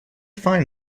find